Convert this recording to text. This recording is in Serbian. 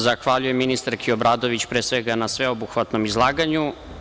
Zahvaljujem ministarki Obradović pre svega na sveobuhvatnom izlaganju.